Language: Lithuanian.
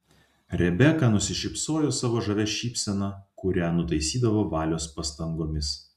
rebeka nusišypsojo savo žavia šypsena kurią nutaisydavo valios pastangomis